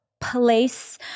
Place